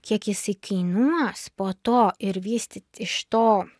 kiek jisai kainuos po to ir vystyt iš to